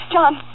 John